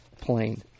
plane